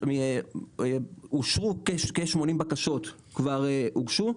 אושרו כ-80 בקשות, כבר הוגשו.